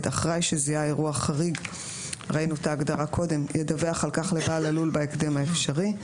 אחראי שזיהה אירוע חריג ידווח על כך לבעל הלול בהקדם האפשרי.